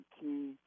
key